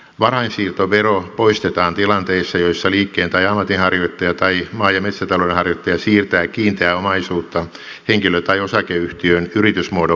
varainsiirtovero poistetaan tilanteissa joissa liikkeen tai ammatinharjoittaja tai maa ja metsätaloudenharjoittaja siirtää kiinteää omaisuuttaan henkilö tai osakeyhtiön yritysmuodon muutoksessa